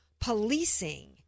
Policing